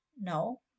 no